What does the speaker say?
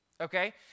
okay